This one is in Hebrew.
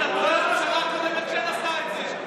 אתה טועה, הממשלה הקודמת כן עשתה את זה.